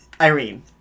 Irene